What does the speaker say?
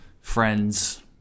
friends